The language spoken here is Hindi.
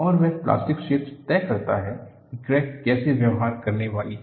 और वह प्लास्टिक क्षेत्र तय करता है कि क्रैक कैसे व्यवहार करने वाली है